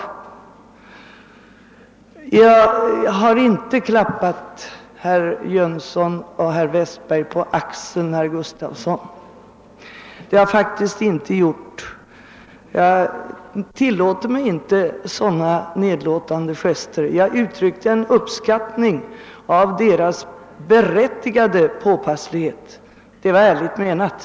Sedan har jag inte klappat herrar Jönsson i Ingemarsgården och Westberg i Ljusdal på axeln, herr Gustafson! Jag tillåter mig inte sådana nedlåtande gester. Jag uttrycker en uppskattning av deras påpasslighet, och det var ärligt menat.